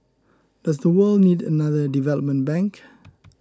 does the world need another development bank